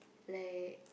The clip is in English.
like